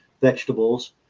vegetables